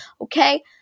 Okay